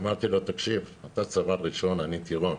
אמרתי לו: תקשיב, אתה סמל ראשון, אני טירון.